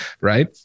right